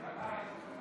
בוודאי.